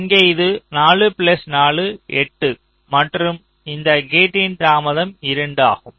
இங்கே இது 4 பிளஸ் 4 8 மற்றும் இந்த கேட்டின் தாமதம் 2 ஆகும்